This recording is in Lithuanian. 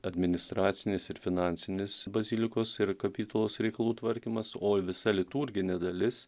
administracinis ir finansinis bazilikos ir kapitulos reikalų tvarkymas o visa liturginė dalis